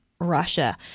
Russia